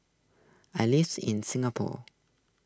I lives in Singapore